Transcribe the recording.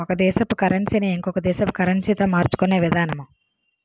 ఒక దేశపు కరన్సీ ని ఇంకొక దేశపు కరెన్సీతో మార్చుకునే విధానము